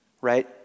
right